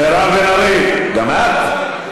--- מירב בן ארי, גם את?